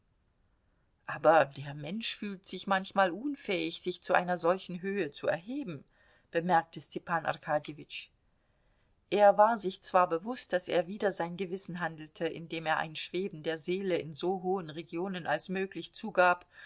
aber der mensch fühlt sich manchmal unfähig sich zu einer solchen höhe zu erheben bemerkte stepan arkadjewitsch er war sich zwar bewußt daß er wider sein gewissen handelte indem er ein schweben der seele in so hohen regionen als möglich zugab